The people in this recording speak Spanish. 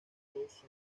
dos